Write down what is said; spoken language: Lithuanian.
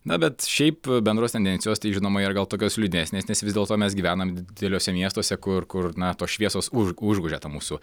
na bet šiaip bendros tendencijos tai žinoma yra gal tokios liūdnesnės nes vis dėlto mes gyvenam dideliuose miestuose kur kur na tos šviesos už užgožia tą mūsų